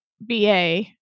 BA